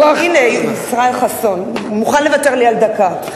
הנה, חבר הכנסת ישראל חסון מוכן לוותר לי על דקה.